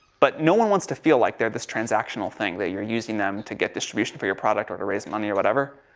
but no one wants to feel like they're this transactional thing, that you're using them to get distribution for your product, or to raise money, or whatever.